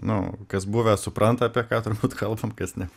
nu kas buvę supranta apie ką turbūt kalbam kas ne